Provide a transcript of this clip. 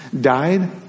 Died